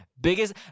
Biggest